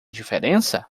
diferença